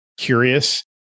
curious